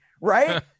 right